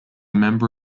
member